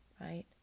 Right